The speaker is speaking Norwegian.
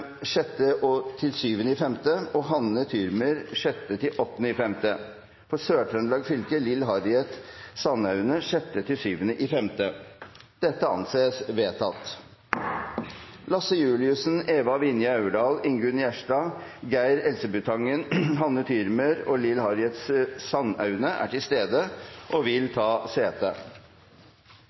fylke: Geir Elsebutangen 6.–7. mai og Hanne Thürmer 6.–8. mai For Sør-Trøndelag fylke: Lill Harriet Sandaune 6.–7. mai Lasse Juliussen, Eva Vinje Aurdal, Ingunn Gjerstad, Geir Elsebutangen, Hanne Thürmer og Lill Harriet Sandaune er til stede og vil ta sete.